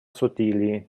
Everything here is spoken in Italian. sottili